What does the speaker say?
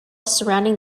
surrounding